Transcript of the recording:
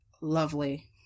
lovely